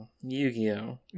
Yu-Gi-Oh